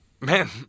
Man